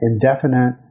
indefinite